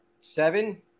seven